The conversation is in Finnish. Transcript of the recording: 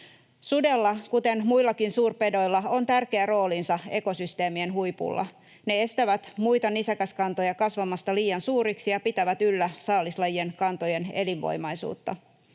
Sudella kuten muillakin suurpedoilla on tärkeä roolinsa ekosysteemien huipulla. Ne estävät muita nisäkäskantoja kasvamasta liian suuriksi ja pitävät yllä saalislajien kantojen elinvoimaisuutta.